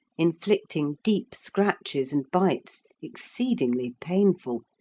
inflicting deep scratches and bites, exceedingly painful,